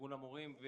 ארגון המורים.